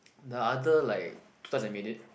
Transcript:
the other like times I made it